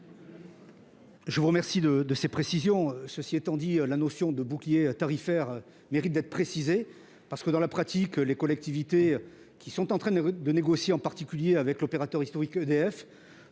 de réponse, monsieur le ministre. Cela étant, la notion de bouclier tarifaire mériterait d'être précisée, parce que, dans la pratique, les collectivités qui sont en train de négocier, en particulier avec l'opérateur historique EDF,